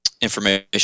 information